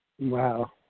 Wow